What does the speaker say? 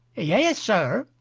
yea, sir,